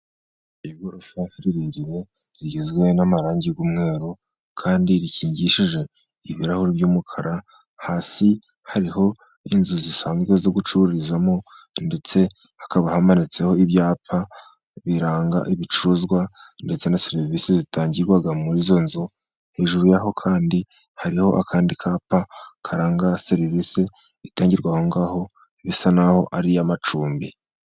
Igorofa rirerire, rigizwe n'amarangi y'umweru, kandi rikingishije ibirahuri by'umukara. Hasi hariho inzu zisanzwe zo gucururizamo, ndetse hakaba hamanitseho ibyapa biranga ibicuruzwa, ndetse na serivisi zitangirwaga muri izo nzu. Hejuru y'aho kandi, hariho akandi kapa karanga serivisi itangirwa aho ngaho, bisa n'aho ari iy'amacumbi.